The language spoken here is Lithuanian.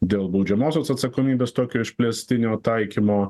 dėl baudžiamosios atsakomybės tokio išplėstinio taikymo